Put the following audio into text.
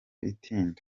itinda